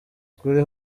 kuri